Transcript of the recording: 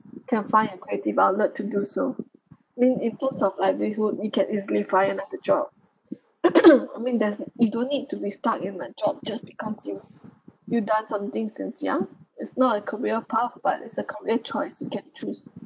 can find a creative outlet to do so I mean in terms of livelihood you can easily find another job I mean there's you don't need to be stuck in a job just because you you done something since young is not a career path but is a career choice you can choose